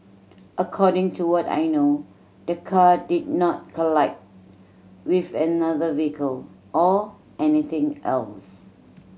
according to what I know the car did not collide with another vehicle or anything else